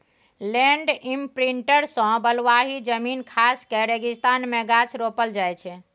land imprinter सँ बलुआही जमीन खास कए रेगिस्तान मे गाछ रोपल जाइ छै